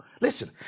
listen